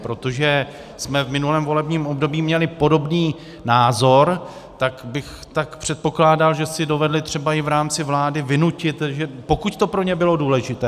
Protože jsme v minulém volebním období měli podobný názor, tak bych předpokládal, že si dovedli třeba i v rámci vlády vynutit, že pokud to pro ně bylo důležité.